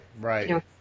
right